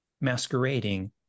masquerading